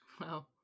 Wow